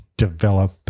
...develop